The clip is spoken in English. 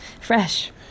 Fresh